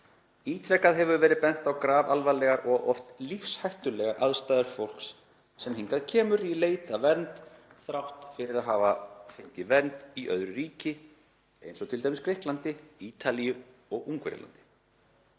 Ítrekað hefur verið bent á grafalvarlegar og oft lífshættulegar aðstæður fólks sem hingað kemur í leit að vernd þrátt fyrir að hafa fengið vernd í öðru ríki, eins og til dæmis Grikklandi, Ítalíu og Ungverjalandi,